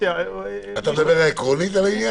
אתה מבין מה כתוב כאן?